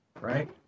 right